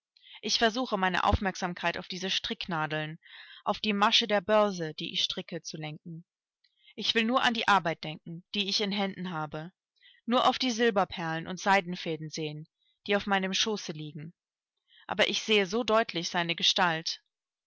ich versuche meine aufmerksamkeit auf diese stricknadeln auf die maschen der börse die ich stricke zu lenken ich will nur an die arbeit denken die ich in händen habe nur auf die silberperlen und seidenfäden sehen die auf meinem schoße liegen aber ich sehe so deutlich seine gestalt